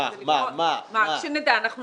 אני לא